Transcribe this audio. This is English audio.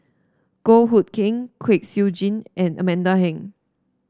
Goh Hood Keng Kwek Siew Jin and Amanda Heng